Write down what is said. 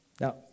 now